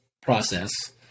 process